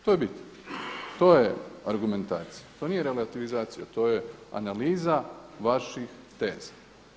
To je bit, to je argumentacija, to nije relativizacija, to je analiza vaših teza.